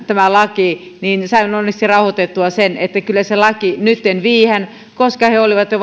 tämä laki ei nytten toteudukaan sain onneksi rauhoitettua hänet että kyllä se laki nytten viedään läpi koska he kaikki olivat jo